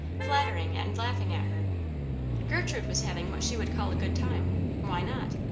flattering and laughing at her gertrude was having what she would call a good time why not?